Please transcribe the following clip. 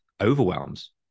overwhelms